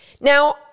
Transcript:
Now